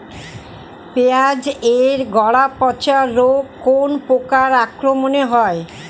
পিঁয়াজ এর গড়া পচা রোগ কোন পোকার আক্রমনে হয়?